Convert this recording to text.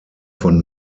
von